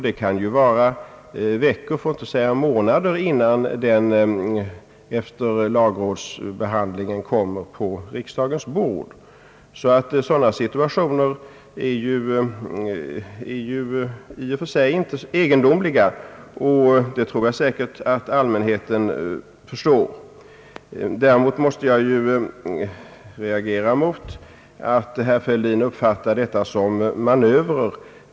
Det kan förflyta veckor för att inte säga månader innan ärendet efter lagrådsbehandlingen kommer på riksdagens bord. Sådana situationer är alltså i och för sig inte egendomliga, och jag tror säkert att allmänheten förstår detta. Däremot måste jag reagera mot att herr Fälldin uppfattar detta som manövrer.